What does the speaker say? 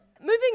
moving